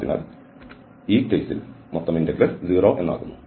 അതിനാൽ ഈ സാഹചര്യത്തിൽ ഈ ഇന്റഗ്രൽ 0 ആകും